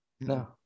no